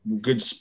good